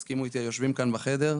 יסכימו איתי היושבים כאן בחדר,